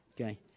Okay